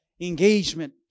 engagement